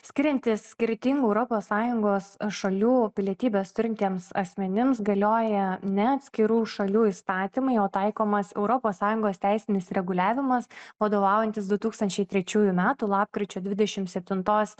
skiriantis skirtingų europos sąjungos šalių pilietybes turintiems asmenims galioja ne atskirų šalių įstatymai o taikomas europos sąjungos teisinis reguliavimas vadovaujantis du tūkstančiai trečiųjų metų lapkričio dvidešim septintos